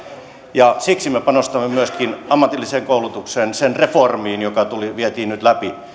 ja siksi me panostamme myöskin ammatillisen koulutuksen reformiin joka vietiin nyt läpi